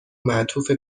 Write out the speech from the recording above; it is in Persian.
معطوف